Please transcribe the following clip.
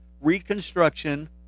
Reconstruction